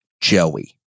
Joey